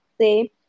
say